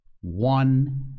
one